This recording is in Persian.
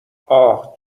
اَه